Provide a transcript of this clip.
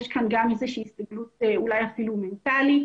יש כאן גם איזושהי הסתגלות אולי אפילו מנטלית